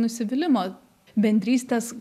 nusivylimo bendrystės